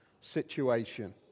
situation